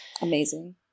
Amazing